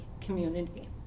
community